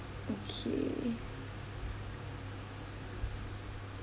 mm K